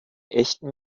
echten